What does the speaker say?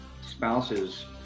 spouses